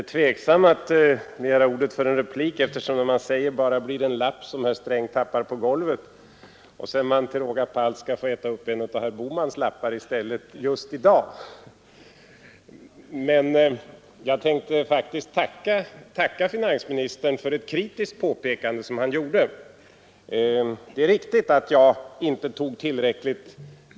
Har man gjort upp skall man inte stå och grumsa på varandra.